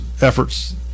efforts